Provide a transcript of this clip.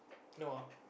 no ah